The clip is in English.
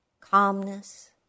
calmness